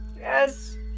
Yes